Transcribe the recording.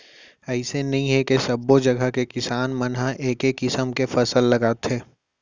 अइसे नइ हे के सब्बो जघा के किसान मन ह एके किसम के फसल लगाथे